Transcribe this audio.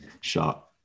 shot